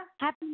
Happy